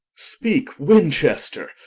speake winchester,